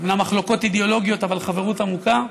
אומנם מחלוקות אידיאולוגיות, אבל חברות עמוקה,